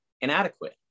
inadequate